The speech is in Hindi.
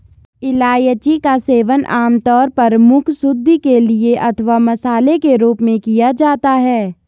इलायची का सेवन आमतौर पर मुखशुद्धि के लिए अथवा मसाले के रूप में किया जाता है